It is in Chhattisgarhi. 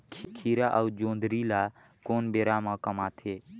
खीरा अउ जोंदरी ल कोन बेरा म कमाथे?